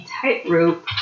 tightrope